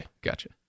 Gotcha